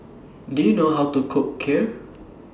Do YOU know How to Cook Kheer